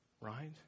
Right